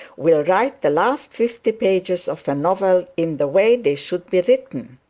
will write the last fifty pages of a novel in the way they should be written.